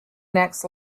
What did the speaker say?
next